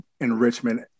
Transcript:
enrichment